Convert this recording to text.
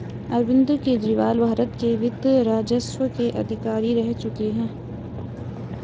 अरविंद केजरीवाल भारत के वित्त राजस्व के अधिकारी रह चुके हैं